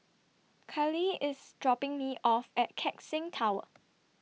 Cali IS dropping Me off At Keck Seng Tower